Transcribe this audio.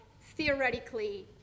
theoretically